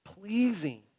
pleasing